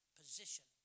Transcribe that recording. position